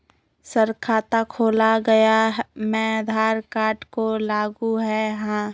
Sir खाता खोला गया मैं आधार कार्ड को लागू है हां?